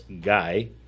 Guy